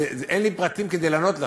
אין לי פרטים כדי לענות לך.